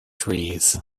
trees